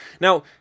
Now